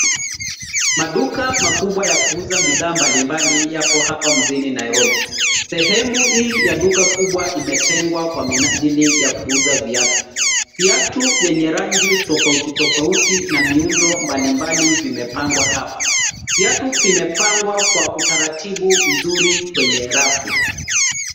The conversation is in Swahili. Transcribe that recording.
Maduka makubwa ya kuuza bidhaa mbalimbali yapo hapa mjini Nairobi. Sehemu hii ya duka kubwa imetengwa kwa minajili ya kuuza viatu. Viatu vyenye rangi tofauti tofauti na miundo mbalimbali vimepangwa hapa. Viatu vimepangwa kwa utaratibu mzuri kwenye rafu.